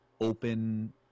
open